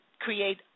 create